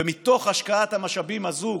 ומתוך השקעת המשאבים הזאת,